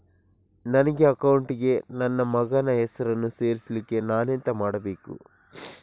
ನನ್ನ ಅಕೌಂಟ್ ಗೆ ನನ್ನ ಮಗನ ಹೆಸರನ್ನು ಸೇರಿಸ್ಲಿಕ್ಕೆ ನಾನೆಂತ ಮಾಡಬೇಕು?